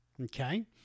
okay